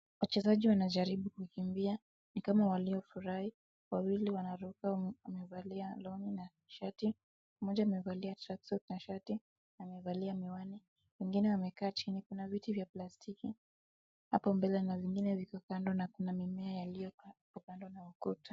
Wachezaji wanajaribu kukimbia ni kama waliofurahi. Wawili wanaruka wamevalia long'i na shati. Mmoja amevalia truck suit na shati na amevalia miwani. Mwingine amekaa chini. Kuna viti vya plastiki hapo mbele na vingine viko kando na kuna mimea iliyokupadwa na ukuta.